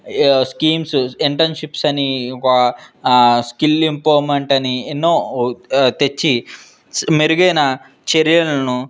schemes internships అని వా skill empowerment అని ఎన్నో తెచ్చి మెరుగైన చర్యలను